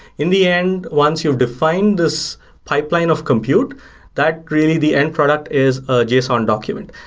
in the end, once you've defined this pipeline of compute that really the end product is a json document.